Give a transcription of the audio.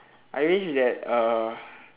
I wish that uh